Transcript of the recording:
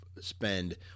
spend